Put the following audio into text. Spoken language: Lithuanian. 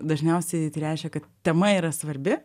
dažniausiai tai reiškia kad tema yra svarbi